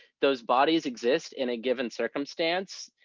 those bodies exist in a given circumstance,